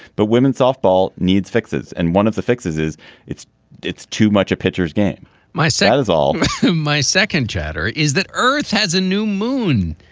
but women's softball needs fixes. and one of the fixes is it's it's too much a pitchers game my satyrs, all my second chatter is that earth has a new moon.